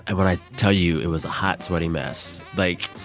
and when i tell you it was a hot, sweaty mess like,